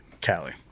Cali